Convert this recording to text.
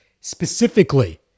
Specifically